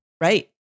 Right